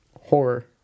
Horror